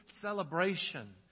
celebration